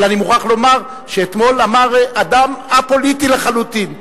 אבל אני מוכרח לומר שאתמול אמר אדם א-פוליטי לחלוטין,